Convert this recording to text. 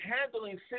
handling